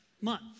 month